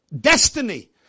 destiny